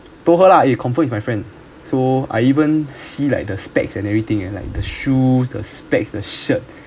told her lah eh confirm is my friend so I even see like the specs and everything and like the shoes the specs the shirt